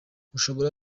ushobora